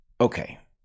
okay